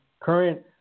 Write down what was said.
current